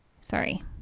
sorry